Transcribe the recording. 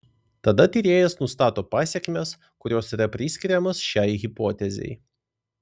tada tyrėjas nustato pasekmes kurios yra priskiriamos šiai hipotezei